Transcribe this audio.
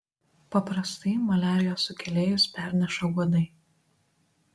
paprastai maliarijos sukėlėjus perneša uodai